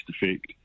effect